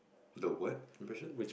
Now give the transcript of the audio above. the what impression